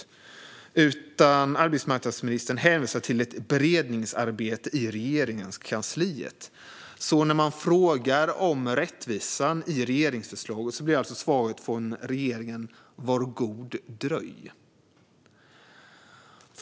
I stället hänvisar arbetsmarknadsministern till ett beredningsarbete i Regeringskansliet. När man frågar om rättvisan i regeringsförslagen blir alltså svaret från regeringen: Var god dröj. Fru talman!